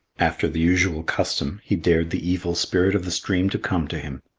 after the usual custom, he dared the evil spirit of the stream to come to him.